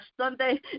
Sunday